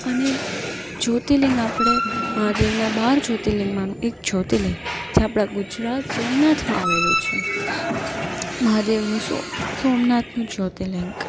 અને જ્યોર્તિલિંગ આપણે મહાદેવના બાર જ્યોર્તિલિંગ માનું એક જ્યોર્તિલિંગ જે આપણા ગુજરાત સોમનાથમાં આવેલું છે મહાદેવનું સો સોમનાથનું જ્યોર્તિલિંગ